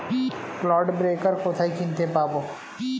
Clod breaker কোথায় কিনতে পাব?